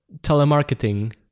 telemarketing